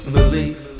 believe